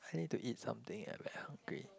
I need to eat something eh I very hungry